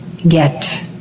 Get